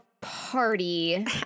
party